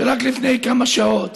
שרק לפני כמה שעות